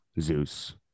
Zeus